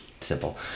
simple